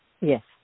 Yes